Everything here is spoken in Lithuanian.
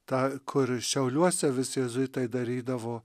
tą kur šiauliuose vis jėzuitai darydavo